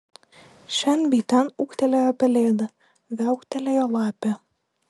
šen bei ten ūktelėjo pelėda viauktelėjo lapė